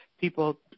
people